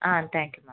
ah thank you ma'am